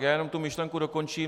Jenom tu myšlenku dokončím.